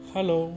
Hello